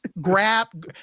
grab